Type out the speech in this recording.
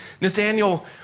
Nathaniel